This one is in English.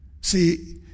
see